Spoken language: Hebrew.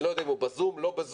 אני לא יודע אם הוא בזום, לא בזום.